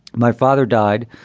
my father died.